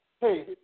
hey